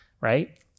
Right